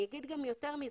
אני אומר יותר מזה.